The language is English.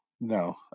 no